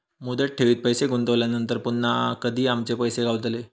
मुदत ठेवीत पैसे गुंतवल्यानंतर पुन्हा कधी आमचे पैसे गावतले?